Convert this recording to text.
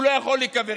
הוא לא יכול להיקבר.